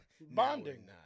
bonding